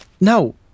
No